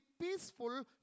peaceful